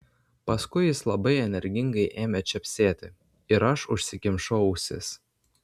paskui jis labai energingai ėmė čepsėti ir aš užsikimšau ausis